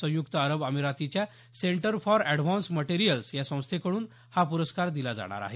संयुक्त अरब अमिरातीच्या सेंटर फॉर अॅडव्हान्स मटेरियल्स या संस्थेकडून हा पुरस्कार दिला जाणार आहे